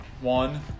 One